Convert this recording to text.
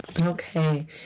Okay